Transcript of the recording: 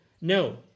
No